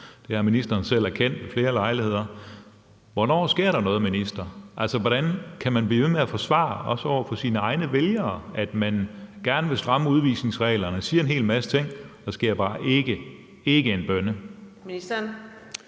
det har ministeren selv erkendt ved flere lejligheder. Hvornår sker der noget, minister? Hvordan kan man blive ved med at forsvare, også over for sine egne vælgere, at man gerne vil stramme udvisningsreglerne og siger en hel masse ting, og der bare ikke sker en bønne?